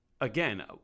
again